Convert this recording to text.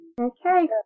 Okay